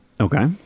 Okay